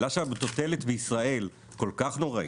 בגלל שהמטוטלת בישראל כל כך נוראית,